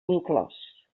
inclòs